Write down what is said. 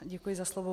Děkuji za slovo.